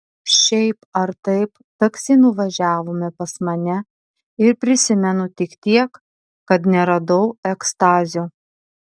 šiaip ar taip taksi nuvažiavome pas mane ir prisimenu tik tiek kad neradau ekstazio